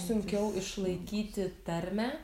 sunkiau išlaikyti tarmę